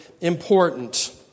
important